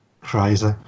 Crazy